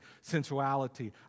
sensuality